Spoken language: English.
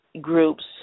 groups